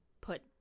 put